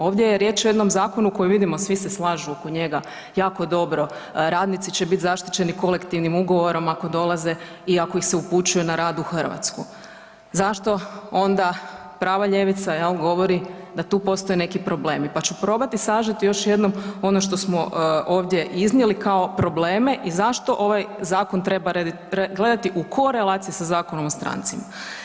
Ovdje je riječ o jednom Zakonu koji vidimo, svi se slažu oko njega jako dobro, radnici će biti zaštićeni kolektivnim ugovorom ako dolaze i ako ih se upućuje na rad u Hrvatsku, zašto onda prava ljevica jel, govori da tu postoje neki problemi, pa ću probati sažeti još jednom ono što smo ovdje iznijeli kao probleme i zašto ovaj Zakon treba gledati u korelaciji sa Zakonom o strancima.